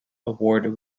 award